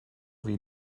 wie